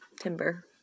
Timber